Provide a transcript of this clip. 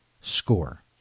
score